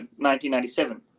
1997